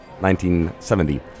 1970